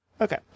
Okay